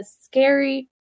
scary